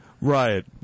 Right